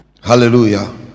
Hallelujah